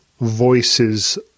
voices